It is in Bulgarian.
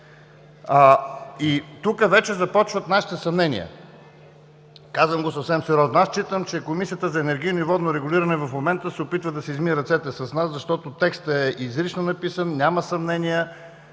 Тук вече започват нашите съмнения. Казвам го съвсем сериозно. Аз считам, че Комисията за енергийно и водно регулиране в момента се опитва да си измие ръцете с нас, защото текстът изрично е написан, няма съмнения: